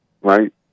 Right